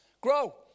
Grow